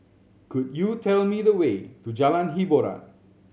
could you tell me the way to Jalan Hiboran